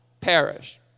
perish